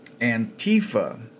Antifa